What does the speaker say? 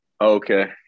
Okay